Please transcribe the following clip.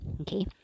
okay